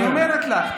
אני אומר לך,